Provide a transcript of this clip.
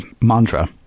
mantra